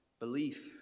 Belief